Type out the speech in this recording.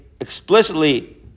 explicitly